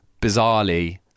bizarrely